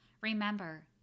Remember